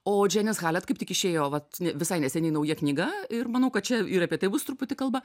o dženis halet kaip tik išėjo vat visai neseniai nauja knyga ir manau kad čia ir apie tai bus truputį kalba